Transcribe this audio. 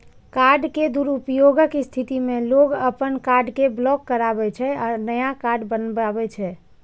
card के दुरुपयोगक स्थिति मे लोग अपन कार्ड कें ब्लॉक कराबै छै आ नया कार्ड बनबावै छै